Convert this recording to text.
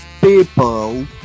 people